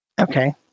Okay